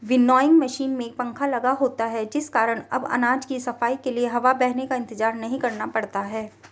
winnowing machine में पंखा लगा होता है जिस कारण अब अनाज की सफाई के लिए हवा बहने का इंतजार नहीं करना पड़ता है